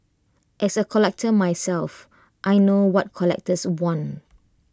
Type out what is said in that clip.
as A collector myself I know what collectors want